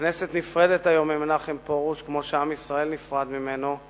הכנסת נפרדת היום ממנחם פרוש כמו שעם ישראל נפרד ממנו,